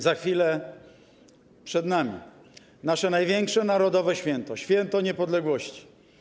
za chwilę przed nami, nasze największe narodowe święto, święto niepodległości.